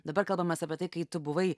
dabar kalbamės apie tai kai tu buvai